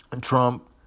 Trump